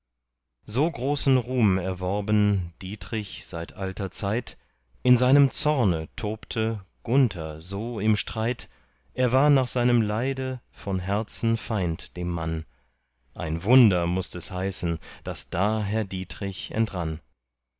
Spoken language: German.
so großen ruhm erworben dietrich seit alter zeit in seinem zorne tobte gunther so im streit er war nach seinem leide von herzen feind dem mann ein wunder mußt es heißen daß da herr dietrich entrann